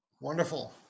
Wonderful